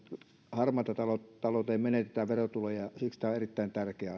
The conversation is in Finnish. harmaaseen talouteen menetetään verotuloja ja siksi tämä on erittäin tärkeä